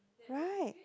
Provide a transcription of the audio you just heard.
right